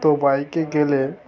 তো বাইকে গেলে